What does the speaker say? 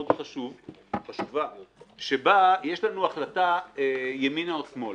חשוב שבו יש לנו החלטה ימינה או שמאלה.